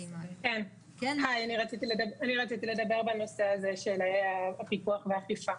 אני רציתי לדבר בנושא הזה של הפיקוח והאכיפה.